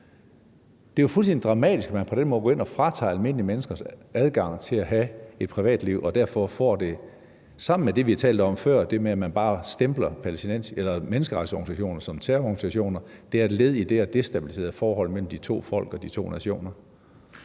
Det er jo fuldstændig dramatisk, at man på den måde går ind og fratager almindelige mennesker deres adgang til at have et privatliv, og derfor er det sammen med det, vi har talt om før, med, at man bare stempler menneskerettighedsorganisationer som terrororganisationer, et led i det at destabilisere forholdet mellem de to folk og de to nationer.